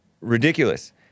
ridiculous